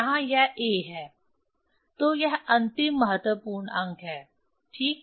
यहाँ यह a है तो यह अंतिम महत्वपूर्ण अंक है ठीक